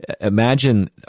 imagine